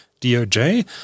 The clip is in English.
DOJ